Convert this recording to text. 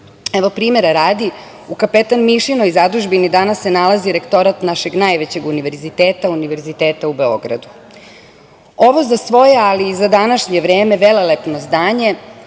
univerzitete. Primera radi, u Kapetan Mišinoj zadužbini danas se nalazi Rektorat našeg najvećeg univerziteta u Beogradu. Ovo za svoje, ali i za današnje vreme, velelepno zdanje